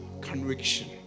conviction